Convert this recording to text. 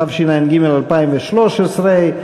התשע"ג 2013,